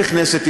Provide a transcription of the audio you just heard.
בכנסת ישראל,